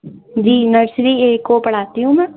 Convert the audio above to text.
G nursery A کو پڑھاتی ہوں میں